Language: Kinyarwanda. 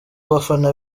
bafana